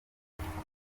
dufitanye